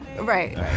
Right